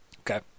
Okay